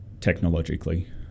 technologically